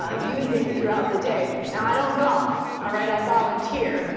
ah using throughout the day. now i don't golf. all right, i volunteer.